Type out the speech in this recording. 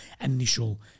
initial